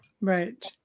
Right